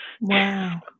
Wow